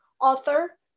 author